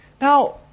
Now